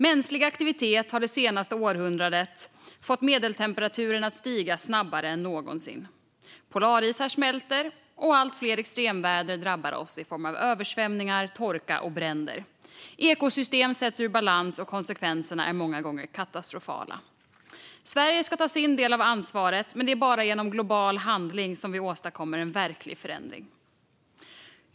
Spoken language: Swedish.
Mänsklig aktivitet har det senaste århundradet fått medeltemperaturen att stiga snabbare än någonsin. Polarisar smälter, och allt fler extremväder drabbar oss i form av översvämningar, torka och bränder. Ekosystem sätts ur balans och konsekvenserna är många gånger katastrofala. Sverige ska ta sin del av ansvaret, men det är bara genom global handling som vi åstadkommer en verklig förändring för klimatet.